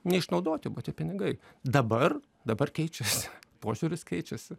neišnaudoti buvo tie pinigai dabar dabar keičiasi požiūris keičiasi